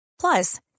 Plus